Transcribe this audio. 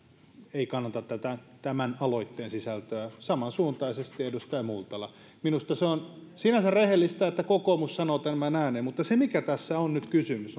eikä kannata tämän aloitteen sisältöä ja samansuuntaisesti edustaja multala minusta se on sinänsä rehellistä että kokoomus sanoo tämän ääneen se mikä tässä on nyt kysymys